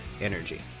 energy